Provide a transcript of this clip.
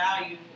value